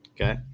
Okay